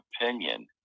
opinion